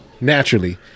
naturally